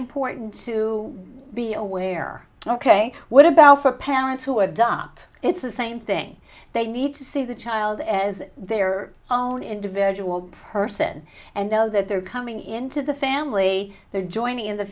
important to be aware ok what about for parents who adopt it's the same thing they need to see the child as their own individual person and know that they're coming into the family they're joining in the